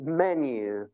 menu